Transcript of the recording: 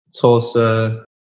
Tulsa